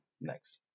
next